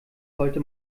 sollte